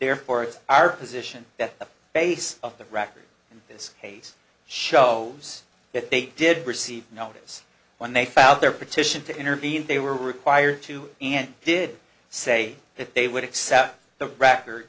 it's our position that the base of the record in this case show us that they did receive notice when they found their petition to intervene they were required to and did say that they would accept the record